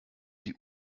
die